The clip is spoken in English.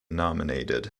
nominated